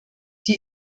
die